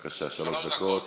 שלוש דקות.